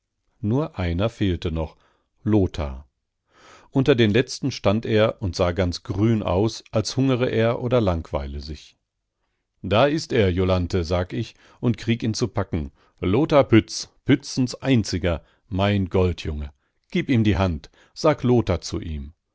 nur einer fehlte noch lothar unter den letzten stand er und sah ganz grün aus als hungere er oder langweile sich da ist er jolanthe sag ich und krieg ihn zu packen lothar pütz pützens einziger mein goldjunge gib ihm die hand sag lothar zu ihm